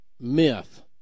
Myth